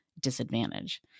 disadvantage